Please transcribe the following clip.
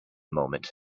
moment